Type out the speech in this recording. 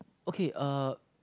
okay uh